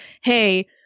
hey